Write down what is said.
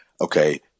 okay